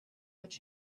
what